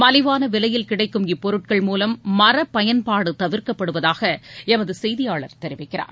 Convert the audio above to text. மலிவான விலையில் கிடைக்கும் இப்பொருட்கள் மூலம் மரப் பயன்பாடு தவிர்க்கப்படுவதாக எமது செய்தியாளர் தெரிவிக்கிறார்